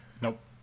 Nope